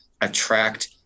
attract